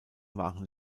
waren